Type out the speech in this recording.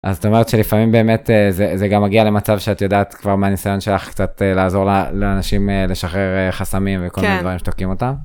אז זאת אומרת שלפעמים באמת זה.. זה גם מגיע למצב שאת יודעת כבר מה ניסיון שלך קצת לעזור לאנשים לשחרר חסמים. כן. וכל הדברים שתוקעים אותם.